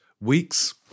weeks